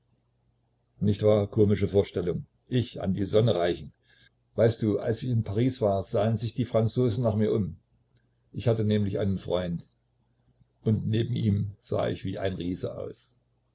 nicht wahr komische vorstellung ich an die sonne reichen weißt du als ich in paris war sahen sich die franzosen nach mir um ich hatte nämlich einen freund und neben ihm sah ich wie ein riese aus